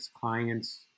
client's